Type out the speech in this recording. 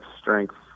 strength